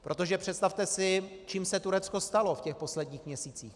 Protože představte si, čím se Turecko stalo v posledních měsících.